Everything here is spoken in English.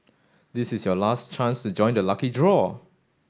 this is your last chance to join the lucky draw